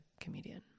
comedian